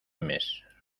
mes